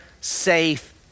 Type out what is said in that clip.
safe